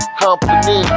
company